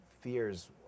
fears